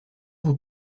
vous